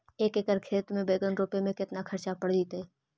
एक एकड़ खेत में बैंगन रोपे में केतना ख़र्चा पड़ जितै?